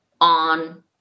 on